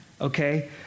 okay